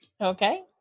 Okay